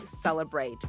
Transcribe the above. celebrate